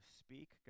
speak